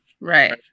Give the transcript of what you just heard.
right